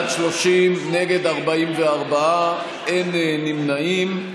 נגד, 44, אין נמנעים.